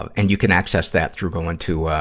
ah and you can access that through going to, ah,